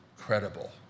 credible